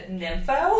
nympho